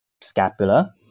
scapula